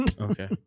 Okay